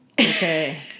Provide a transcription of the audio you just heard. Okay